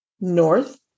north